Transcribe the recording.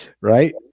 right